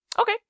Okay